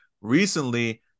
recently